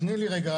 תני לי רגע,